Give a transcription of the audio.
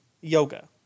Yoga